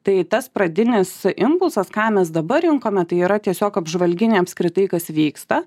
tai tas pradinis impulsas ką mes dabar rinkome tai yra tiesiog apžvalginiai apskritai kas vyksta